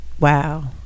Wow